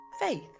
Faith